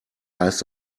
heißt